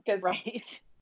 Right